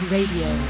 Radio